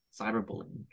cyberbullying